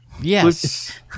Yes